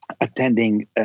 attending